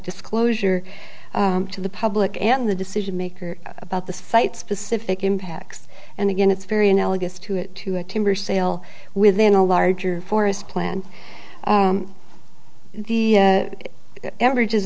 disclosure to the public and the decision maker about the site specific impacts and again it's very analogous to it to a timber sale within a larger forest plan the averages